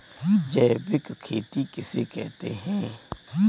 जैविक खेती किसे कहते हैं?